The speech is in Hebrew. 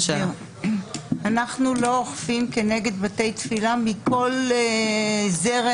אנחנו לא אוכפים כנגד בתי תפילה מכל זרם,